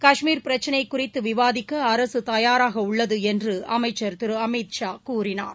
காஷ்மீர் பிரக்களை குறித்து விவாதிக்க அரசு தயாராக உள்ளது என்று அமைச்சர் திரு அமித்ஷா கூறினார்